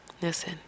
Listen